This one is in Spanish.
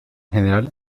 general